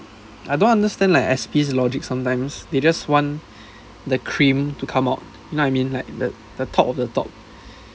I don't understand like S_P's logic sometimes they just want the cream to come out you know what I mean like the the top of the top